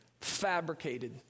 fabricated